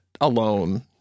alone